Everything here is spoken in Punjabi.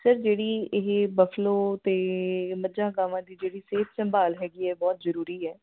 ਸਰ ਜਿਹੜੀ ਇਹ ਬੈਫਲੋ ਅਤੇ ਮੱਝਾਂ ਗਾਵਾਂ ਦੀ ਜਿਹੜੀ ਸਿਹਤ ਸੰਭਾਲ ਹੈਗੀ ਹੈ ਬਹੁਤ ਜ਼ਰੂਰੀ ਹੈ